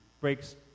breaks